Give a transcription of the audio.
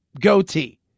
goatee